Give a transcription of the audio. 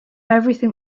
everything